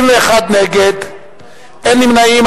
61 נמנעים,